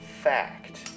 fact